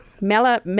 Mela